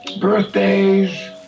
Birthdays